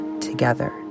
together